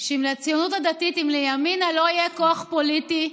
שאם לימינה לא יהיה כוח פוליטי,